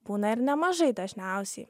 būna ir nemažai dažniausiai